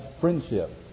friendship